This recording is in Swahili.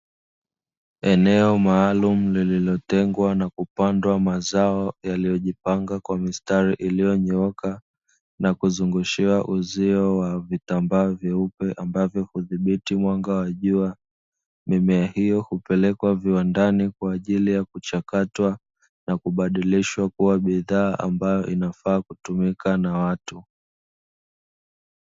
Eneo maalumu lililotengwa na kupandwa mazao yaliyojipanga kwa mistari iliyonyooka na kuzungushiwa uzio wa vitambaa vyeupe ambavyo hudhibiti mwanga wa jua, mimea hiyo hupelekwa viwandani kwa ajili ya kuchakatwa na kubadilishwa kua bidhaa ambayo inafaa kutumika na watu.